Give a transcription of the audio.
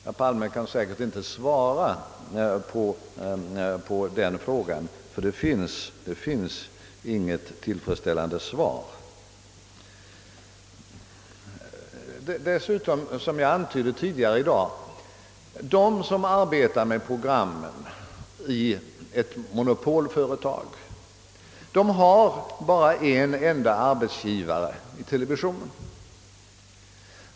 Herr Palme kan säkert inte svara på dessa frågor; det finns inget tillfredsställande svar att ge. De som arbetar med programmen i ett monopolföretag har bara en enda arbetsgivare, den statliga televisionen.